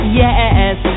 yes